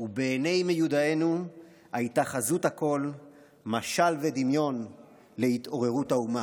ובעיני מיודענו הייתה חזות הכול משל ודמיון להתעוררות האומה".